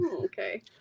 Okay